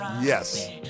yes